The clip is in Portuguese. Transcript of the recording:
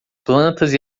plantas